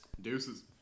deuces